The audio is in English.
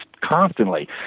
constantly